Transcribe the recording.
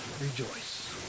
rejoice